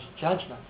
judgment